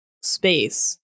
space